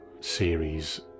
series